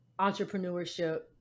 entrepreneurship